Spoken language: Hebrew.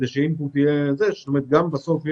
יש